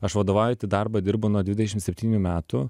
aš vadovaujantį darbą dirbu nuo dvidešim septynių metų